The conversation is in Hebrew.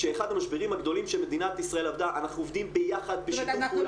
אנחנו עובדים ביחד בשיתוף פעולה מלא.